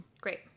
Great